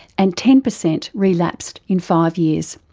and ten percent relapsed in five years.